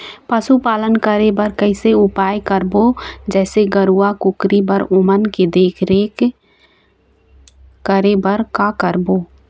पशुपालन करें बर कैसे उपाय करबो, जैसे गरवा, कुकरी बर ओमन के देख देख रेख करें बर का करबो?